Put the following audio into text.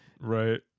Right